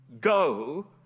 Go